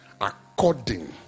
according